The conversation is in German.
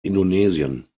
indonesien